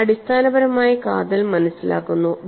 എന്നാൽ അടിസ്ഥാനപരമായ കാതൽ മനസ്സിലാക്കുന്നു